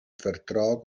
vertrag